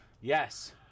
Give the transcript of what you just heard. Yes